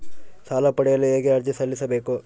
ಸಾಲ ಪಡೆಯಲು ಹೇಗೆ ಅರ್ಜಿ ಸಲ್ಲಿಸಬೇಕು?